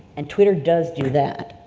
and twitter does do that.